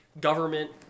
government